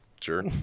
Sure